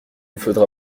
faudra